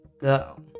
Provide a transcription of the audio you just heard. go